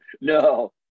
No